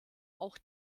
auch